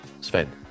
sven